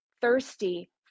thirsty